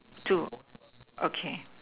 two okay